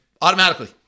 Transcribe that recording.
automatically